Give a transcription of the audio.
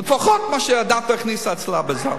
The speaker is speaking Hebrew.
לפחות, מה שאדטו הכניסה אצלה בסל.